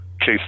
case